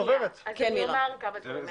צוברת, אנחנו